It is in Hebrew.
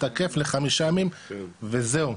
תקף לחמישה ימים וזהו.